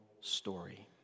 story